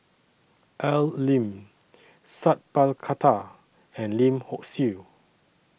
Al Lim Sat Pal Khattar and Lim Hock Siew